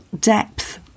depth